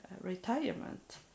retirement